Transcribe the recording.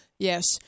Yes